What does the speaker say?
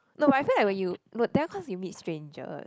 no but let's say when you no that's cause you meet strangers